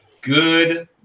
good